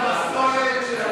בבקשה.